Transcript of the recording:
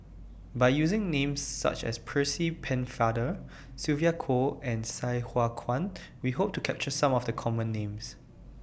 By using Names such as Percy Pennefather Sylvia Kho and Sai Hua Kuan We Hope to capture Some of The Common Names